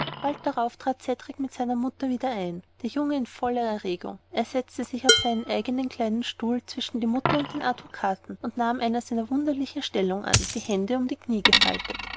bald darauf trat cedrik mit seiner mutter wieder ein der junge in großer erregung er setzte sich auf seinen eignen kleinen stuhl zwischen die mutter und den advokaten und nahm eine seiner wunderlichen stellungen an die hände um die kniee gefaltet